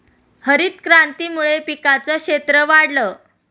हरितक्रांतीमुळे पिकांचं क्षेत्र वाढलं